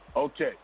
Okay